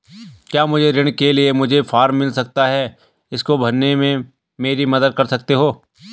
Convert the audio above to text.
क्या मुझे ऋण के लिए मुझे फार्म मिल सकता है इसको भरने में मेरी मदद कर सकते हो?